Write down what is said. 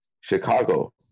Chicago